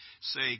say